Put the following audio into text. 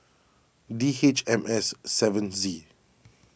D H M S seven Z